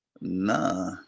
Nah